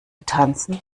tanzen